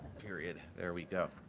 period. there we go.